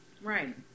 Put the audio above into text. right